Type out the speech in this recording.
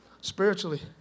Spiritually